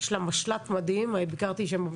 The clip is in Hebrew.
יש לה משל"ט (מרכז שליטה) מדהים,